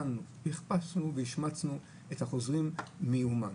הכפשנו והשמצנו את החוזרים מאומן,